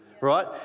Right